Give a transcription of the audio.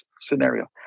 scenario